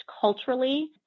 culturally